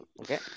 Okay